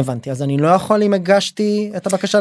הבנתי אז אני לא יכול אם הגשתי את הבקשה